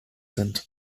sind